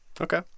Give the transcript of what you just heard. okay